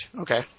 okay